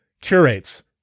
curates